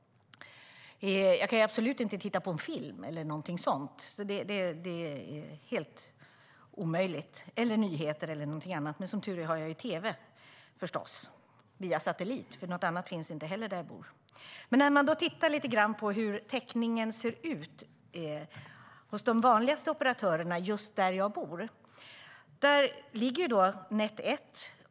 Jag kan absolut inte titta på en film eller någonting sådant - det är helt omöjligt - eller se nyheter. Men som tur är har jag förstås tv via satellit, för något annat alternativ finns inte där jag bor. Hur ser täckningen ut hos de vanligaste operatörerna just där jag bor? Där finns Net 1.